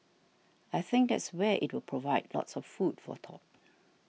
I think that's where it will provide lots of food for thought